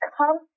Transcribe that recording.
come